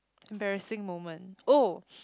embarrassing moment oh